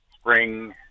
spring